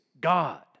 God